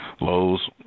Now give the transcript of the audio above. Lowe's